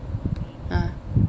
ah